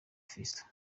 fiston